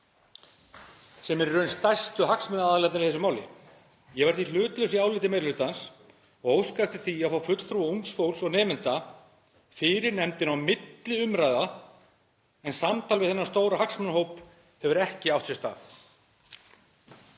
sem eru í raun stærstu hagsmunaaðilarnir í þessu máli. Ég verð því hlutlaus í áliti meiri hlutans og óska eftir því að fá fulltrúa ungs fólks og nemenda fyrir nefndina á milli umræða. Samtal við þennan stóra hagsmunahóp hefur ekki átt sér stað.